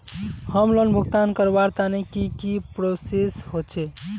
Home loan भुगतान करवार तने की की प्रोसेस होचे?